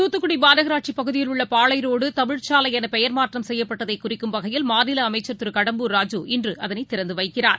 தூத்துக்குடிமாநகராட்சிபகுதியில் உள்ளபாளைரோடு தமிழ்ச் சாலைனபெயர் மாற்றம் செய்யப்பட்டதைகுறிக்கும் வகையில் மாநிலஅமைச்சர் ராஜூ திரு கடம்பூர் இன்றுஅதனைதிறந்துவைக்கிறார்